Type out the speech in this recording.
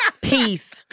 Peace